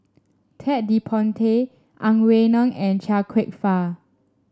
Ted De Ponti Ang Wei Neng and Chia Kwek Fah